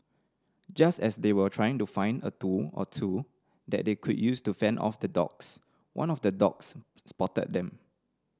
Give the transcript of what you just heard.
just as they were trying to find a tool or two that they could use to fend off the dogs one of the dogs spotted them